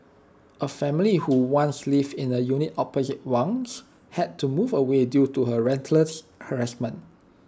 A family who once lived in A unit opposite Wang's had to move away due to her relentless harassment